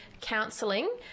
counselling